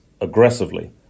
aggressively